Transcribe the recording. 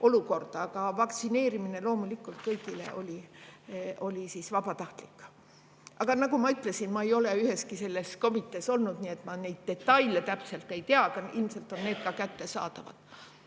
olukorda. Vaktsineerimine loomulikult oli kõigile vabatahtlik. Aga nagu ma ütlesin, ma ei ole üheski sellises komitees olnud, nii et ma neid detaile täpselt ei tea, aga ilmselt on need ka kättesaadavad.